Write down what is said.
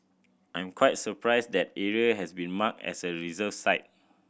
I'm quite surprised that area has been marked as a reserve site